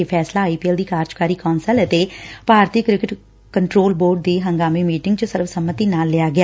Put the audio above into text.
ਇਹ ਫੈਸਲਾ I P L ਦੀ ਕਾਰਜਕਾਰੀ ਕੌ'ਸਲ ਅਤੇ ਭਾਰਤੀ ਕ੍ਰਿਕਟ ਕੰਟਰੋਲ ਬੋਰਡ ਦੀ ਹੰਗਾਮੀ ਮੀਟਿੰਗ ਚ ਸਰਵਸੰਮਤੀ ਨਾਲ ਲਿਆ ਗਿਆ